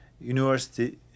university